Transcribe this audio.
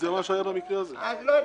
לא יודע